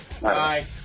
Bye